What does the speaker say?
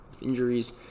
injuries